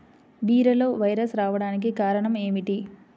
బీరలో వైరస్ రావడానికి కారణం ఏమిటి?